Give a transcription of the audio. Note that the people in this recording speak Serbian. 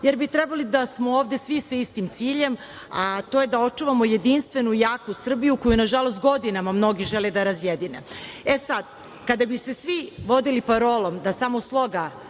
jer bi trebali da smo ovde svi sa istim ciljem, a to je da očuvamo jedinstvenu i jaku Srbiju, koju nažalost godinama mnogi žele da razjedine. Kad bi se svi vodili parolom da samo „samo